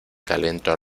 talento